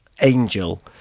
Angel